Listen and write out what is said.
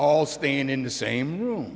all staying in the same room